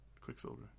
Quicksilver